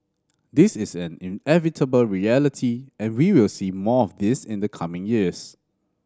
this is an inevitable reality and we will see more of this in the coming years